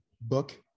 book